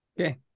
okay